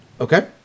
Okay